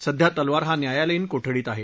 सध्या तलवार हा न्यायालयीन कोठडीत आहे